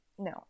No